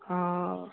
हा